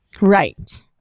right